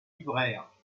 libraire